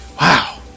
Wow